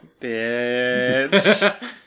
Bitch